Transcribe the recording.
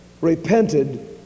repented